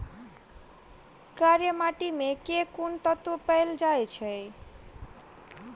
कार्य माटि मे केँ कुन तत्व पैल जाय छै?